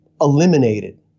eliminated